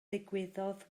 ddigwyddodd